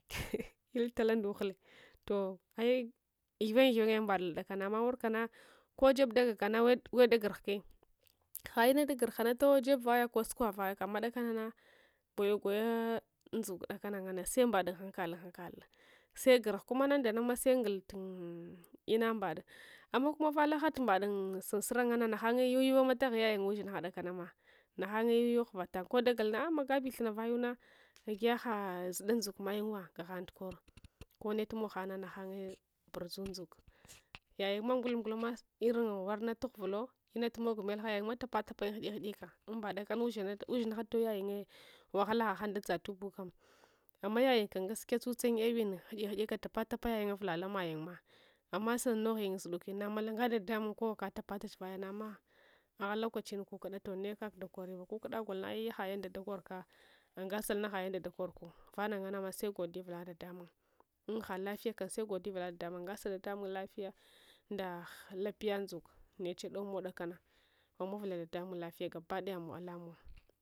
il tala ndughule toh ai gheuwengye gheuwen mbad kudakana amma wurisana kojeb dgakana wed wed agurhuke ha'inada gurhan atawo jebvayako sukogh vayaka amma kudakanana goyugoya ndzuk d’akanangane sembad’ unhankal unhankal ula segurh kuma nandananma sengul tun ina mbad’a amma kumafah lahasat umbad unsura nganne naghanye yuyar wa taghun yayun ushinha dakana ma naghanye yuyuwa ghuva tangye kodagalna magabi thuna vayuna agiya hadzuda ndzuk mayunwa sag ahang tukor konne tumog hang nah naghanye burdzu ndzuk yayungma nguimun gulma irin gwarna tughurulo inatumog melha yayunma tapata payun ghudikghudika amba dakana ushinhc toy yayungye wahala hahang dadzal ubukam amma yayunkam gaskiya tsutsayun iwenghudik hugyeka tapatapa yayun uvula lamayun mah amma sanughuyun dzudukuuina malunga dadamung kowa katappatach vayanama agha lokachiyin kukud’a toh nekak dakore kukuda goina ai’ hayada dakorka ungasalna hayadda dakorku vana nganama hayadds dakorku uuvula dadamung unghagha lafiya kam se godiya uvula dadamung ungasa dad amung lapya nda lapya ndzuk niche dowumow dakana amawavula dadamung lafiya gaba daya namow alamou